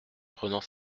prenant